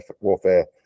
warfare